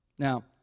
Now